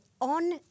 on